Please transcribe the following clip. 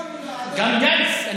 כל אחד יצטרך להצביע בשמו.) גם גנץ יהיה,